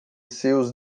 seus